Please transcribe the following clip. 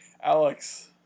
Alex